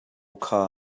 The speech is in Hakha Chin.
kha